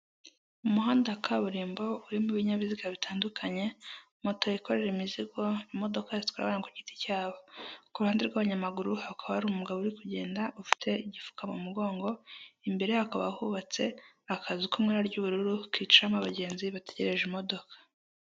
Umuhanda wa kaburimbo urimo ibinyabiziga bitandukanye moto yikorera imizigo, imodoka zitwara abantu ku giti cyabo, ku ruhande rw'abanyamaguru hakaba hari umugabo uri kugenda ufite igifuka mu mugongo, imbereye hakaba hubatse akazu kari mu ibara ry'ubururu kicaramo abagenzi bategereje imodoka.